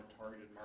targeted